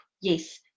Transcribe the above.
yes